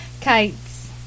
Kites